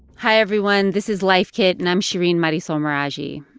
hi, everyone. this is life kit, and i'm shereen marisol meraji.